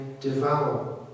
devour